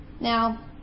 now